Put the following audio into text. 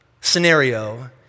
scenario